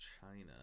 China